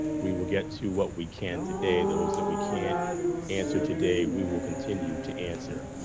we will get to what we can today. those that we can't answer today, we will continue to answer.